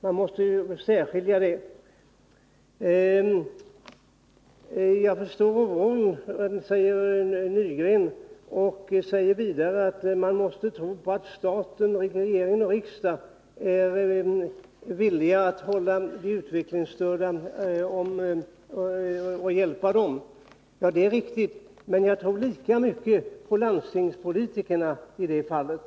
Arne Nygren säger vidare att han förstår oron och att man måste tro på att staten, med regering och riksdag, är villig att hjälpa de utvecklingsstörda. Det är riktigt, men jag tror lika mycket på landstingspolitikerna i det fallet.